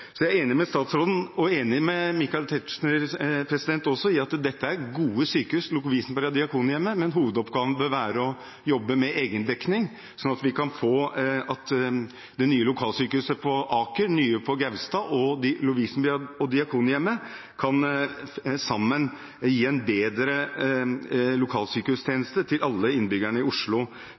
Jeg er enig med statsråden og Michael Tetzschner i at Lovisenberg og Diakonhjemmet er gode sykehus, men hovedoppgaven bør være å jobbe med egendekning, slik at det nye lokalsykehuset på Aker, det nye sykehuset på Gaustad, Lovisenberg og Diakonhjemmet sammen kan gi en bedre lokalsykehustjeneste til alle innbyggerne i Oslo